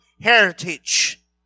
heritage